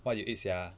what you eat sia